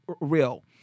real